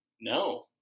No